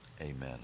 Amen